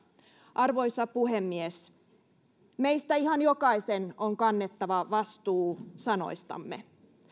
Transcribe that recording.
arvoisa puhemies meistä ihan jokaisen on kannettava vastuu sanoistamme